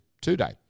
Today